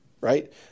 right